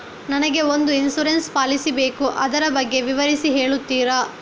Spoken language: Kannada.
ನನಗೆ ಒಂದು ಇನ್ಸೂರೆನ್ಸ್ ಪಾಲಿಸಿ ಬೇಕು ಅದರ ಬಗ್ಗೆ ವಿವರಿಸಿ ಹೇಳುತ್ತೀರಾ?